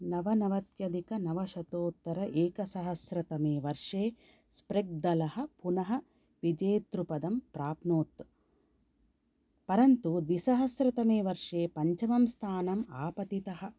नवनवत्यदिकनवशतोत्तर एकसहस्र तमे वर्षे स्प्रेग्दलः पुनः विजेतृपदं प्राप्नोत् परन्तु द्विसहस्र तमे वर्षे पञ्चमं स्थानम् आपतितः